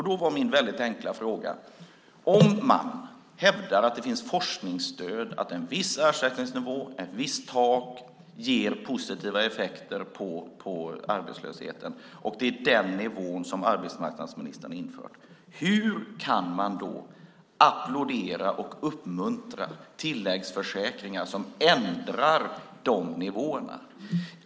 Då var min väldigt enkla fråga: Om man hävdar att det finns forskningsstöd för att en viss ersättningsnivå, ett visst tak, ger positiva effekter på arbetslösheten och det är den nivån som arbetsmarknadsministern har infört - hur kan man då applådera och uppmuntra tilläggsförsäkringar som ändrar de nivåerna?